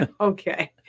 Okay